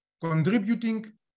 contributing